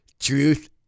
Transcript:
Truth